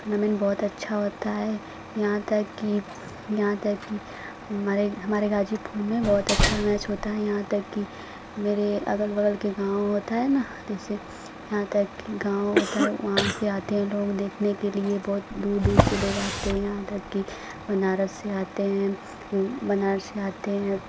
tournament बहुत अच्छा होता है यहाँ तक की यहाँ तक कि हमारा हमारे गाजीपुर में बहुत अच्छा मैच होता है यहाँ तक कि मेरे अगल बगल के गाँव होता है न जैसे यहाँ तक की गाँव होता है वहाँ से आते हैं देखने के लिए बहुत दूर दूर से लोग आते हैं यहाँ तक कि बनारस से आते हैं बनारस से आते हैं